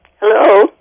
Hello